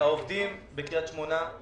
העובדים בקריית שמונה,